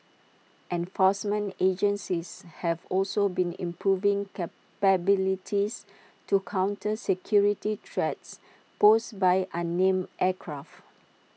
enforcement agencies have also been improving capabilities to counter security threats posed by uname aircraft